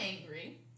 angry